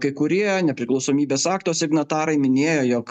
kai kurie nepriklausomybės akto signatarai minėjo jog